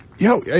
Yo